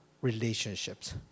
relationships